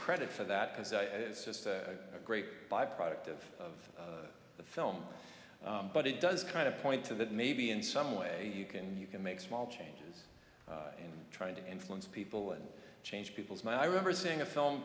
credit for that because it's just a great byproduct of the film but it does kind of point to that maybe in some way you can you can make small changes in trying to influence people and change people's my i remember seeing a film